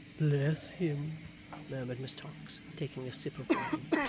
bless him murmured miss tox, taking a sip of wine.